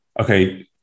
okay